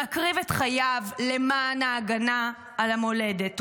מקריב את חייו למען ההגנה על המולדת.